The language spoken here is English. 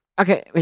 okay